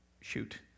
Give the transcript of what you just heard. Shoot